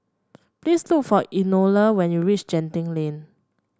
please look for Enola when you reach Genting Lane